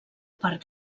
part